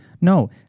No